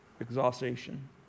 exhaustion